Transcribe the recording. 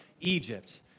Egypt